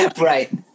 right